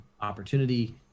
opportunity